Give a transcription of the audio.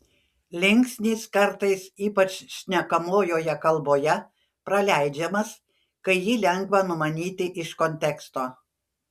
linksnis kartais ypač šnekamojoje kalboje praleidžiamas kai jį lengva numanyti iš konteksto